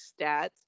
stats